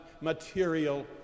material